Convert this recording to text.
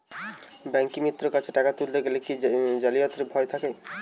ব্যাঙ্কিমিত্র কাছে টাকা তুলতে গেলে কি জালিয়াতির ভয় থাকে?